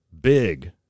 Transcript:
big